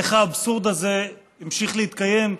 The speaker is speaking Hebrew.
איך האבסורד הזה המשיך להתקיים,